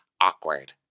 awkward